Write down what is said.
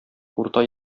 урта